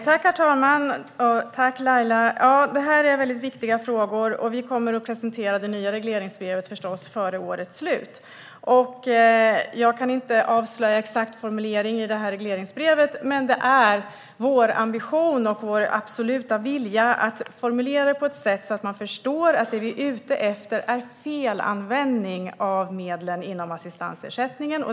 Herr talman! Tack, Laila! Detta är viktiga frågor. Vi kommer förstås att presentera det nya regleringsbrevet före årets slut. Jag kan inte avslöja exakt formulering i regleringsbrevet, men det är vår ambition och vår absoluta vilja att formulera det på ett sätt så att man förstår att det vi är ute efter är felanvändning av medlen inom assistansersättningen.